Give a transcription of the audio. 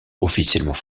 officiellement